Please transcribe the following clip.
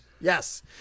Yes